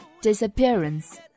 Disappearance